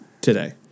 Today